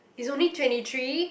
he's only twenty three